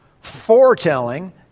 Foretelling